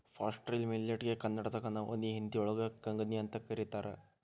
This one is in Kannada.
ಫಾಸ್ಟ್ರೈಲ್ ಮಿಲೆಟ್ ಗೆ ಕನ್ನಡದಾಗ ನವನಿ, ಹಿಂದಿಯೋಳಗ ಕಂಗ್ನಿಅಂತ ಕರೇತಾರ